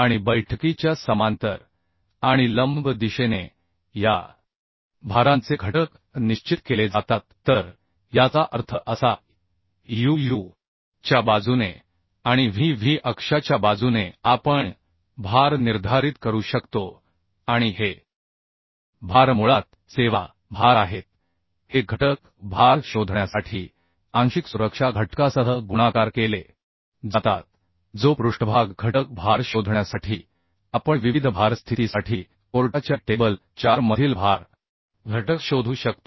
आणि बैठकीच्या समांतर आणि लंब दिशेने या भारांचे घटक निश्चित केले जातात तर याचा अर्थ असा की UU च्या बाजूने आणि VV अक्षाच्या बाजूने आपण भार निर्धारित करू शकतो आणि हे भार मुळात सेवा भार आहेत हे घटक भार शोधण्यासाठी आंशिक सुरक्षा घटकासह गुणाकार केले जातात जो पृष्ठभाग घटक भार शोधण्यासाठी आपण विविध भार स्थितीसाठी कोर्टाच्या टेबल 4 मधील भारघटक शोधू शकतो